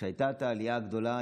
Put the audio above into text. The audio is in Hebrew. כשהייתה העלייה הגדולה,